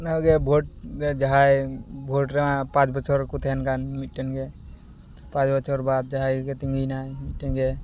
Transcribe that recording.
ᱚᱱᱟ ᱜᱮ ᱵᱷᱳᱴ ᱨᱮ ᱡᱟᱦᱟᱭ ᱵᱷᱳᱴ ᱨᱮᱢᱟ ᱯᱟᱸᱪ ᱵᱚᱪᱷᱚᱨ ᱠᱚ ᱛᱟᱦᱮᱱ ᱠᱟᱱ ᱢᱤᱫᱴᱮᱱ ᱜᱮ ᱯᱟᱸᱪ ᱵᱚᱪᱷᱚᱨ ᱵᱟᱫᱽ ᱡᱟᱦᱟᱸᱭ ᱜᱮᱭ ᱛᱤᱸᱜᱩᱭᱮᱱᱟ ᱢᱤᱫᱴᱮᱱ ᱜᱮ